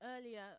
Earlier